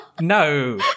No